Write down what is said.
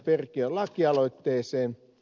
perkiön lakialoitteeseen